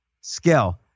skill